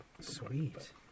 Sweet